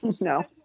No